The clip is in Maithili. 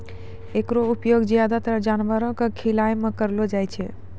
एकरो उपयोग ज्यादातर जानवरो क खिलाय म करलो जाय छै